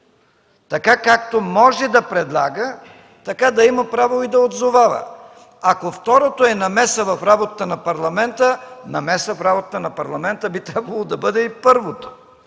така както може да предлага, така да има право и да отзовава! Ако второто е намеса в работата на Парламента, намеса в работата на Парламента би трябвало да бъде и първото.